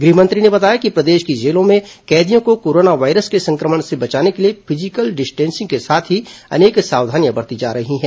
गृह मंत्री ने बताया कि प्रदेश की जेलों में कैदियों को कोरोना वायरस के संक्रमण से बचाने के लिए फिजिकल डिस्टेंसिंग के साथ ही अनेक सावधानियां बरती जा रही है